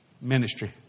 ministry